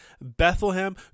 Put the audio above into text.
Bethlehem